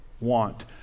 want